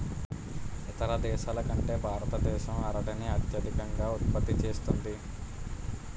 ఇతర దేశాల కంటే భారతదేశం అరటిని అత్యధికంగా ఉత్పత్తి చేస్తుంది